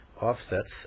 offsets